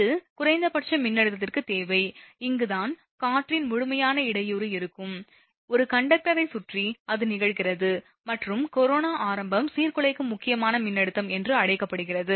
இது குறைந்தபட்ச மின்னழுத்தத்திற்குத் தேவை இங்குதான் காற்றின் முழுமையான இடையூறு இருக்கும் ஒரு கண்டக்டரைச் சுற்றி அது நிகழ்கிறது மற்றும் கரோனா ஆரம்பம் சீர்குலைக்கும் முக்கியமான மின்னழுத்தம் என்று அழைக்கப்படுகிறது